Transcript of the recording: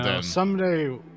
Someday